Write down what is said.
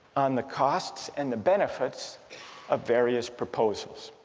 on the costs and the benefits of various proposals.